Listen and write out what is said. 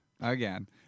Again